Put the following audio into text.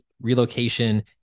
relocation